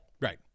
Right